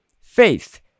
faith